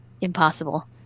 impossible